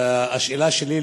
השאלה שלי,